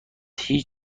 هیچ